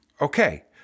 Okay